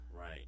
right